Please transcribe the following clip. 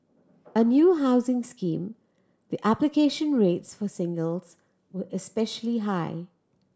a new housing scheme the application rates for singles were especially high